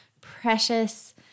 precious